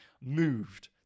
moved